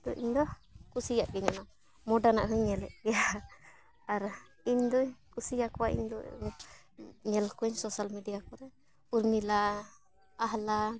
ᱛᱚ ᱤᱧᱫᱚ ᱠᱩᱥᱤᱭᱟᱜ ᱜᱤᱭᱟᱹᱧ ᱢᱳᱰᱟᱨᱱ ᱟᱜ ᱦᱚᱧ ᱧᱮᱞᱮᱫ ᱜᱮᱭᱟ ᱟᱨ ᱤᱧ ᱫᱩᱧ ᱠᱩᱥᱤᱭᱟᱠᱚᱣᱟ ᱤᱧᱫᱚ ᱧᱮᱞ ᱠᱚᱣᱟᱹᱧ ᱥᱳᱥᱟᱞ ᱢᱤᱰᱤᱭᱟ ᱠᱚᱨᱮ ᱩᱨᱢᱤᱞᱟ ᱟᱦᱞᱟ